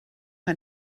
ein